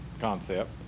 concept